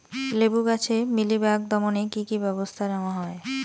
লেবু গাছে মিলিবাগ দমনে কী কী ব্যবস্থা নেওয়া হয়?